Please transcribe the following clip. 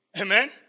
Amen